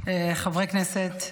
חברי כנסת,